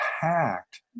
packed